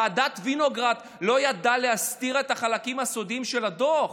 ועדת וינוגרד לא ידעה להסתיר את החלקים הסודיים של הדוח?